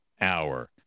hour